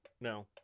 No